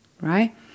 right